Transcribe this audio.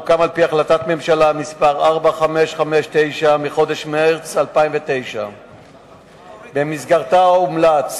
שהוקם על-פי החלטת ממשלה מס' 4559 מחודש מרס 2009. במסגרתה הומלץ